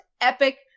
epic